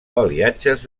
aliatges